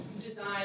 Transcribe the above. design